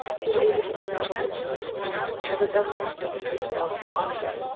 who were able to unravel the tangled skein of the governor s purposely involved complaints.